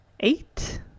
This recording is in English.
Eight